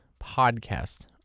podcast